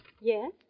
Yes